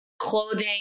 clothing